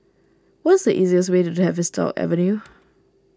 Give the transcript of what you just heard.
what is the easiest way to Tavistock Avenue